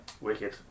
Wicked